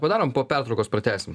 padarom po pertraukos pratęsim